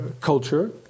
culture